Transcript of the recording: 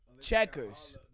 Checkers